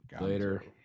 later